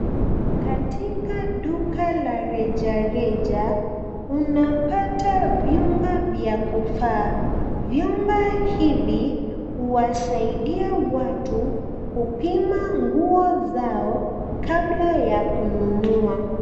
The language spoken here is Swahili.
Katika duka la rejareja unapata vyumba vya kufaa. Vyumba hivi huwasaidia watu kupima nguo zao kabla ya kununua.